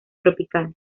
tropical